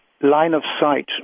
line-of-sight